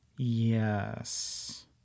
yes